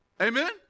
Amen